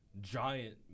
giant